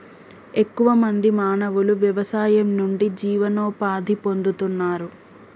ఎక్కువ మంది మానవులు వ్యవసాయం నుండి జీవనోపాధి పొందుతున్నారు